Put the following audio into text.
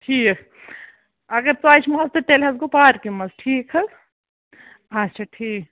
ٹھیٖک اَگر ژۄچہِ ماز تہٕ تیٚلہِ حظ گوٚو پارکہِ منٛز ٹھیٖک حظ اَچھا ٹھیٖک